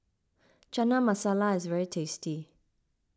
Chana Masala is very tasty